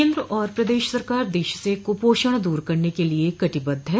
केन्द्र और प्रदेश सरकार देश से कुपोषण दूर करने के लिए कटिबद्ध हैं